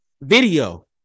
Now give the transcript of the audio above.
video